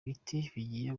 bigiye